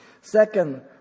Second